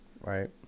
Right